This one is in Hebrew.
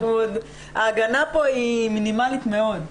ההגנה כאן היא מינימלית מאוד.